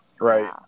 Right